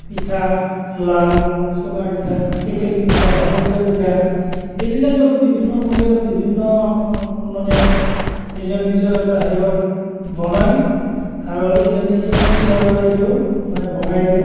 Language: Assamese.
পিঠা লাড়ু চুঙাপিঠা টেকেলি পিঠা ভাপত দিয়া পিঠা এইবিলাক আৰু বিভিন্ন পৰিয়ালত বিভিন্ন মানে নিজৰ নিজৰ এটা হেৰিত বনায় আৰু ইজনে সিজনক শ্বেয়াৰ কৰে সেইটো মানে ভগাই দিয়ে